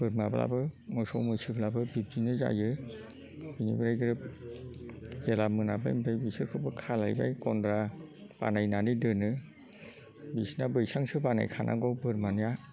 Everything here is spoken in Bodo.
बोरमाब्लाबो मोसौ मैसोब्लाबो बिब्दिनो जायो बिनिफ्राय ग्रोब जेब्ला मोनाबाय ओमफ्राय बिसोरखौबो खालायबाय गनद्रा बानायनानै दोनो बिसिना बैसांसो बानायखानांगौ बोरमानिया